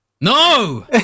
No